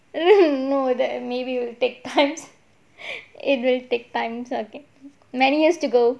no that maybe will take time it will take times okay many years to go